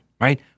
right